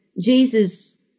Jesus